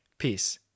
Peace